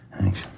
Thanks